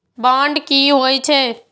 Bond की होई छै?